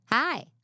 Hi